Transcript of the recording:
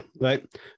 right